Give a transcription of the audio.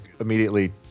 immediately